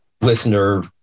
listener